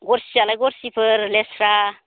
गरसियालाय गरसिफोर लेस्रा